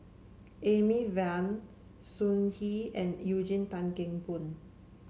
Amy Van Sun Yee and Eugene Tan Kheng Boon